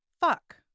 Fuck